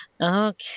Okay